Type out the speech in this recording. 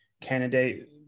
candidate